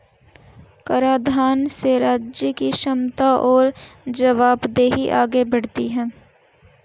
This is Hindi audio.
कराधान से राज्य की क्षमता और जवाबदेही आगे बढ़ती है